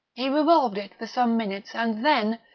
he revolved it for some minutes, and then,